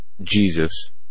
Jesus